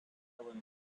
island